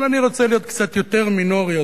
אבל אני רוצה להיות קצת יותר מינורי,